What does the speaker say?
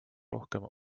rohkem